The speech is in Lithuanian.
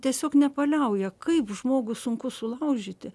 tiesiog nepaliauja kaip žmogų sunku sulaužyti